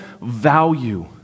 value